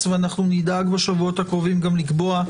ואנחנו נדאג בשבועות הקרובים גם לקבוע,